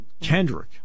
Kendrick